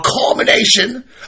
culmination